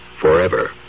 forever